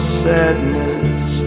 sadness